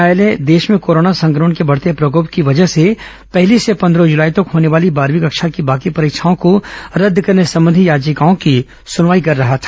उच्चतम न्यायालय देश में कोरोना संक्रमण के बढ़ते प्रकोप की वजह से पहली से पंद्रह जुलाई तक होने वाली बारहवीं कक्षा की बाकी परीक्षाओं को रद्द करने संबंधी याचिकाओं की सुनवाई कर रहा था